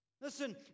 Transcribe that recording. Listen